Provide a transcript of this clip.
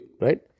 right